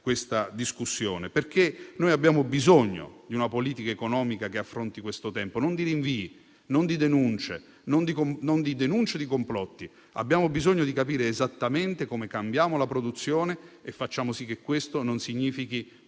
una discussione del genere, perché abbiamo bisogno di una politica economica che affronti questo tempo e non di rinvii o denunce di complotti. Abbiamo bisogno di capire esattamente come cambiamo la produzione e come facciamo sì che questo non significhi